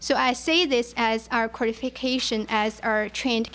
so i say this as our qualification as our trained